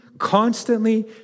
Constantly